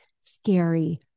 scary